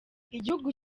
igihugu